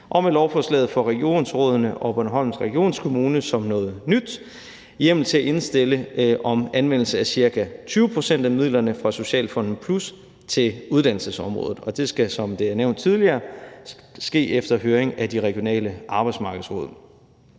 Og med lovforslaget får regionsrådene og Bornholms Regionskommune som noget nyt hjemmel til at indstille om anvendelse af ca. 20 pct. af midlerne fra Socialfonden Plus til uddannelsesområdet. Og det skal, som det er nævnt tidligere, ske efter høring af de regionale arbejdsmarkedsråd.